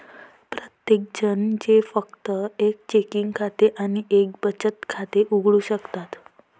प्रत्येकजण जे फक्त एक चेकिंग खाते आणि एक बचत खाते उघडू शकतात